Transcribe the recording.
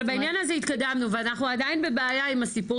אבל בעניין הזה התקדמנו ואנחנו עדיין בבעיה עם הסיפור